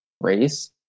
race